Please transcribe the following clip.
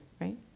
right